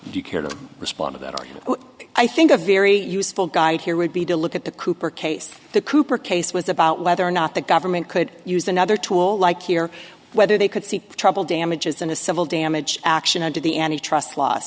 to respond to that or i think a very useful guide here would be to look at the cooper case the cooper case was about whether or not the government could use another tool like here whether they could see trouble damages in a civil damage action under the any trust